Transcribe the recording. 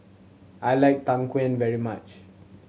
I like tang very much